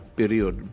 period